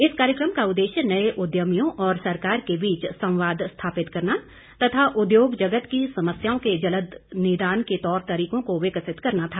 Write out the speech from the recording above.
इस कार्यक्रम का उद्देश्य नए उद्यमियों और सरकार के बीच संवाद स्थापित करना तथा उद्योग जगत की समस्याओं के जल्द निदान के तौर तरीकों को विकसित करना था